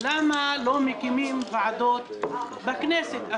שלמה, בבקשה.